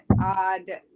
odd